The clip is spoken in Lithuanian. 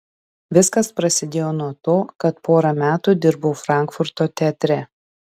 viskas prasidėjo nuo to kad porą metų dirbau frankfurto teatre